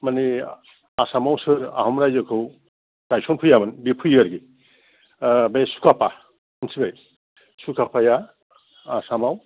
मानि आसाव सोर आहम राइजोखौ गायसनफैयामोन बे फैयो आरखि बे चुकापफा मोनथिबाय चुकाफाया आसामाव